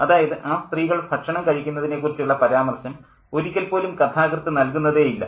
അതായത് ആ സ്ത്രീകൾ ഭക്ഷണം കഴിക്കുന്നതിനെക്കുറിച്ചുള്ള പരാമർശം ഒരിക്കൽ പോലും കഥാകൃത്ത് നൽകുന്നതേ ഇല്ല